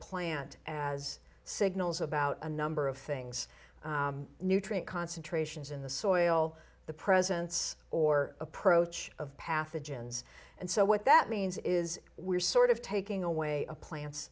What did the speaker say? plant as signals about a number of things nutrient concentrations in the soil the presence or approach of pathogens and so what that means is we're sort of taking away a plant